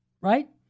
right